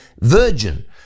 virgin